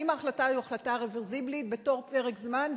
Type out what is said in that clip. האם ההחלטה היא החלטה רוורסיבילית בתור פרק זמן?